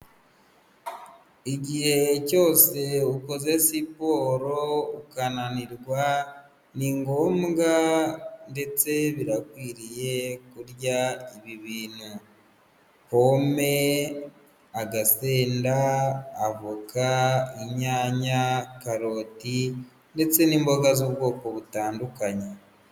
Igihe cyose ukoze siporo ukananirwa, ni ngombwa ndetse birakwiriye kurya ibi bintu: pome, agasenda, avoka, inyanya, karoti, ndetse n'imboga z'ubwoko butandukanye.